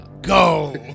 Go